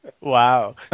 Wow